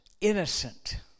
innocent